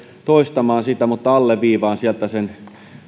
toistamaan sitä mutta alleviivaan sieltä sen